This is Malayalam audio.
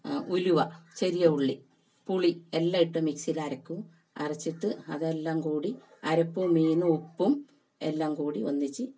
ഉലുവ ചെറിയ ഉള്ളി പുളി എല്ലാം ഇട്ട് മിക്സിയിൽ അരക്കും അരച്ചിട്ട് അതെല്ലാം കൂടി അരപ്പും മീനും ഉപ്പും എല്ലാം കൂടി ഒന്നിച്ച്